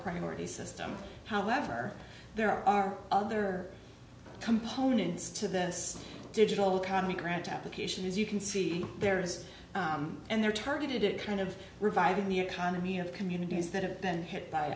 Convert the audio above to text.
priority system however there are other components to this digital economy grant applications you can see there it is and they're targeted it kind of reviving the economy of communities that have been hit by